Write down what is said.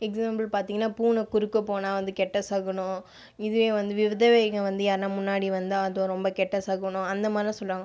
example பார்த்தீங்கனா பூனை குறுக்க போனால் வந்து கெட்ட சகுனம் இதே வந்து விதவைங்க வந்து யாருனா முன்னாடி வந்தால் அது ரொம்ப கெட்ட சகுனம் அந்த மாதிரிலாம் சொல்கிறாங்க